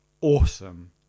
awesome